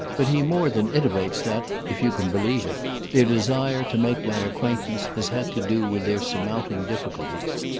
but he more than intimates that if you can believe it their desire to make my acquaintance has had to do with their surmounting difficulties.